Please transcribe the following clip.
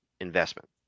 investment